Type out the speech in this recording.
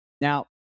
Now